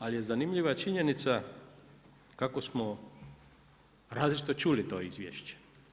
Ali je zanimljiva činjenica kako smo različito čuli to izvješće.